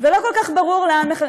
ולא כל כך ברור לאן מכוונים,